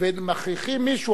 ומכריחים מישהו,